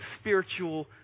spiritual